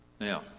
Now